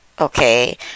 Okay